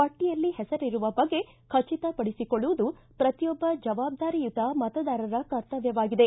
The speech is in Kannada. ಪಟ್ಟಿಯಲ್ಲಿ ಹೆಸರಿರುವ ಬಗ್ಗೆ ಖಚಿತ ಪಡಿಸಿಕೊಳ್ಳುವುದು ಪ್ರತಿಯೊಬ್ಬ ಜವಾಬ್ದಾರಿಯುತ ಮತದಾರರ ಕರ್ತವ್ಚವಾಗಿದೆ